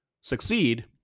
succeed